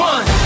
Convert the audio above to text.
One